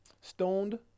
Stoned